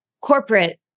corporate